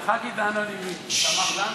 את הח"כית האנונימית תמר זנדברג.